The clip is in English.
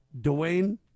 Dwayne